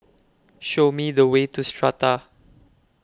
Show Me The Way to Strata